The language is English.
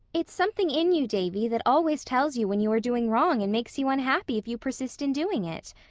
it's something in you, davy, that always tells you when you are doing wrong and makes you unhappy if you persist in doing it.